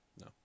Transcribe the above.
no